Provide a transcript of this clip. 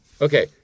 Okay